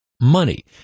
money